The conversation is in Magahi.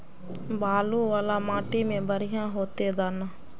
बालू वाला माटी में बढ़िया होते दाना?